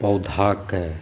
पौधाके